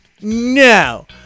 no